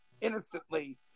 innocently